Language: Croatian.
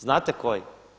Znate koji?